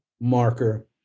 marker